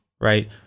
Right